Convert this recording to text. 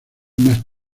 más